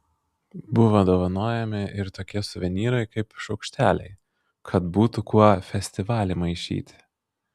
buvo dovanojami ir tokie suvenyrai kaip šaukšteliai kad būtų kuo festivalį maišyti